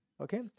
Okay